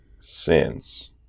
sins